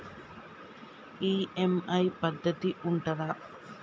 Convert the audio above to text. EMI పద్ధతి ఉంటదా?